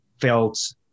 felt